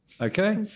okay